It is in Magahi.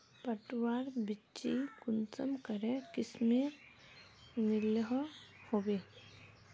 पटवार बिच्ची कुंसम करे किस्मेर मिलोहो होबे?